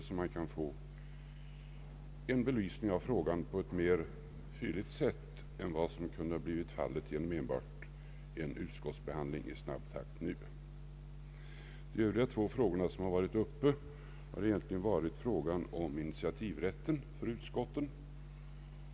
Därigenom kan vi ju få frågan belyst på ett fylligare sätt än vad som skulle ha blivit fallet genom enbart en utskottsbehandling i snabb takt nu. Den andra fråga som varit uppe gäller initiativrätten för utskotten.